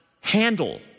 handle